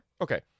Okay